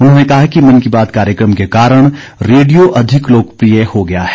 उन्होंने कहा कि मन की बात कार्यक्रम के कारण रेडियो अधिक लोकप्रिय हो गया है